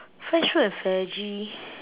fresh fruit and veggie